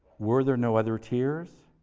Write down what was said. were there no other tears?